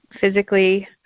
physically